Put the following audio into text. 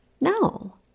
no